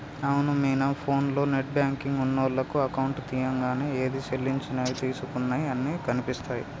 అవును మీనా ఫోన్లో నెట్ బ్యాంకింగ్ ఉన్నోళ్లకు అకౌంట్ తీయంగానే ఏది సెల్లించినవి తీసుకున్నయి అన్ని కనిపిస్తాయి